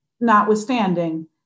notwithstanding